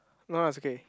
no lah is okay